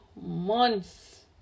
months